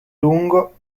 lungo